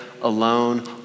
alone